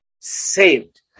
saved